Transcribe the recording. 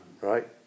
right